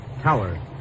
tower